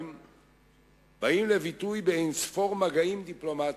באים לביטוי באין-ספור מגעים דיפלומטיים,